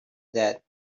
that